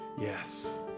Yes